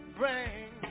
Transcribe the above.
bring